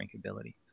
drinkability